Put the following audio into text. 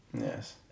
yes